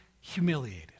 humiliated